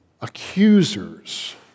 accusers